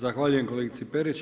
Zahvaljujem kolegici Perić.